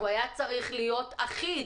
הוא היה צריך להיות אחיד,